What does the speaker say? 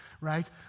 Right